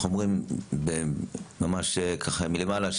ממש מלמעלה,